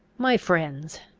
my friends,